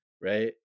Right